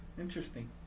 Interesting